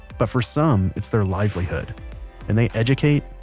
but for some it's their livelihood and they educate,